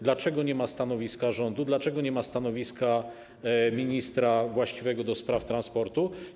Dlaczego nie ma stanowiska rządu, dlaczego nie ma stanowiska ministra właściwego do spraw transportu?